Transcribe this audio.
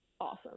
awesome